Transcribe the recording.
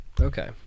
Okay